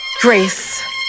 Grace